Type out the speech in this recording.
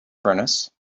furnace